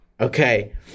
Okay